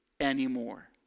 anymore